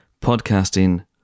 podcasting